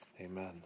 Amen